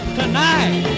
tonight